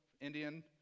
Indian